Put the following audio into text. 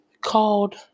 called